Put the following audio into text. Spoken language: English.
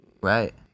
Right